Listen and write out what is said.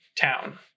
town